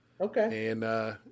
Okay